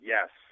Yes